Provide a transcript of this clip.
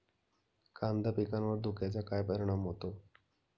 कांदा पिकावर धुक्याचा काय परिणाम होतो?